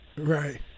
Right